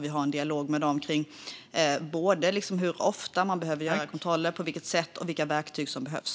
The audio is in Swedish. Vi har en dialog med dem om både hur ofta man behöver göra kontroller, på vilket sätt och vilka verktyg som behövs.